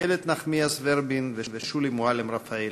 איילת נחמיאס ורבין ושולי מועלם-רפאלי.